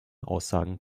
aussagen